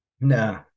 No